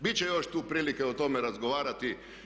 Bit će još tu prilike o tome razgovarati.